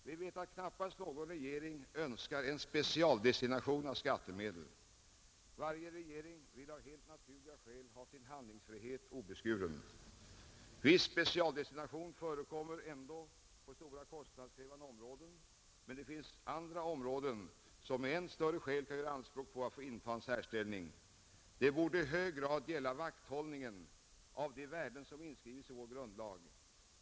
Vi vet att knappast någon regering önskar en specialdestination av skattemedel. Varje regering vill av helt naturliga skäl ha sin handlingsfrihet obeskuren. Viss specialdestination förekommer ändock på stora kostnadskrävande områden, men det finns andra områden som med än större skäl kan göra anspråk på att få inta en särställning. Det borde i hög grad gälla vakthållningen kring de värden som inskrivits i vår grundlag.